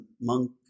monk